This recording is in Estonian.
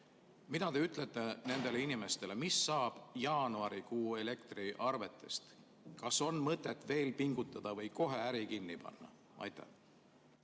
Mida te ütlete nendele inimestele, mis saab jaanuarikuu elektriarvetest? Kas on mõtet veel pingutada või kohe äri kinni panna? Aitäh,